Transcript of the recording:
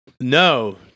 No